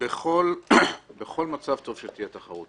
בכל מצב טוב שתהיה תחרות